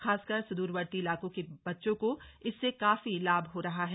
खासकर सुदूरवर्ती इलाकों के बच्चों को इससे काफी लाभ हो रहा है